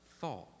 thought